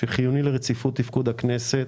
שחיוני לרציפות תפקוד הכנסת,